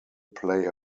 play